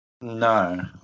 No